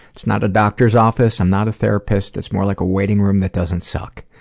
it's not a doctor's office. i'm not a therapist. it's more like a waiting room that doesn't suck.